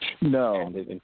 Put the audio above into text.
No